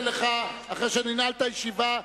אחרי שננעל את הישיבה,